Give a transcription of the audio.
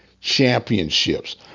championships